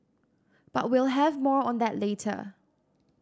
but we'll have more on that later